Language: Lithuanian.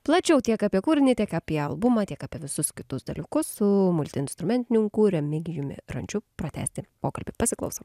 plačiau tiek apie kūrinį tiek apie albumą tiek apie visus kitus dalykus su multiinstrumentininku remigijumi rančiu pratęsti pokalbį pasiklausom